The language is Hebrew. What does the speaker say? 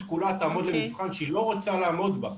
כולה תעמוד למבחן שהיא לא רוצה לעמוד בו.